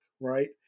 right